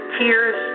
tears